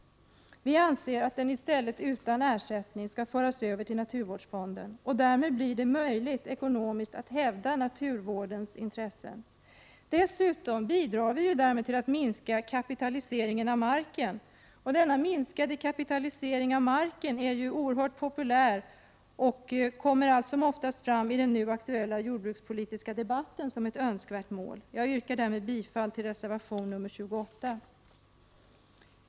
Vi anser att marken i stället utan ersättning skall föras över till naturvårdsfonden. Därmed blir det ekonomiskt möjligt att hävda naturvårdens intressen. Dessutom bidrar vi därmed till att minska kapitaliseringen av marken. Minskad kapitalisering av marken är något oerhört populärt och kommer allt som oftast fram i den aktuella jordbrukspolitiska debatten som ett önskvärt mål. Jag yrkar därmed bifall till reservation 28.